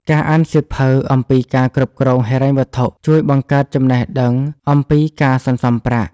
ការអានសៀវភៅអំពីការគ្រប់គ្រងហិរញ្ញវត្ថុជួយបង្កើតចំណេះដឹងអំពីការសន្សុំប្រាក់។